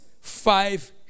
five